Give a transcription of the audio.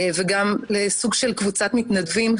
וגם לסוג של קבוצת מתנדבים,